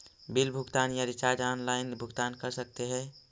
Bill भुगतान या recharge online भुगतान कर सकते हैं?